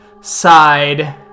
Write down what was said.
side